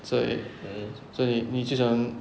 所以所以你最喜欢